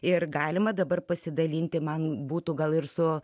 ir galima dabar pasidalinti man būtų gal ir su